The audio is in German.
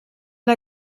der